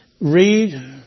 read